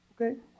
okay